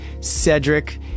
Cedric